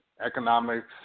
economics